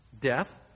death